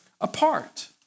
apart